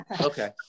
Okay